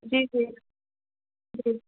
جی جی جی